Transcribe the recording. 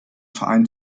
verein